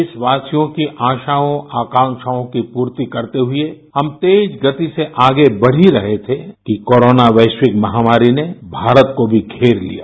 देशवासियों की आशाओं आकाँक्षाओं की पूर्ति करते हुए हम तेज गति से आगे बढ़ ही रहे थे कि कोरोना वैश्विक महामारी ने भारत को भी घेर लिया